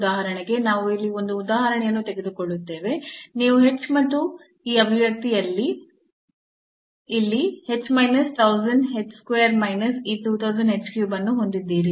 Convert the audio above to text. ಉದಾಹರಣೆಗೆ ನಾವು ಇಲ್ಲಿ ಒಂದು ಉದಾಹರಣೆಯನ್ನು ತೆಗೆದುಕೊಳ್ಳುತ್ತೇವೆ ನೀವು h ಮತ್ತು ಈ ಅಭಿವ್ಯಕ್ತಿ ಇಲ್ಲಿ h minus 1000 h square minus ಈ 2000 h cube ಅನ್ನು ಹೊಂದಿದ್ದೀರಿ